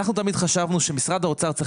אנחנו תמיד חשבנו שמשרד האוצר צריך